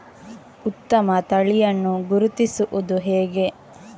ಉತ್ತಮ ತಳಿಯನ್ನು ಗುರುತಿಸುವುದು ಹೇಗೆ?